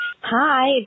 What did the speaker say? Hi